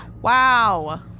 Wow